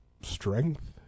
strength